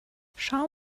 schau